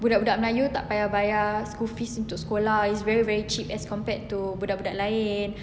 budak-budak melayu tak bayar school fees untuk sekolah it's very very cheap compared to budak-budak lain